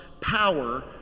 power